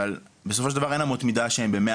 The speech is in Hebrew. אבל בסופו של דבר אין אמות מידה שהן במאה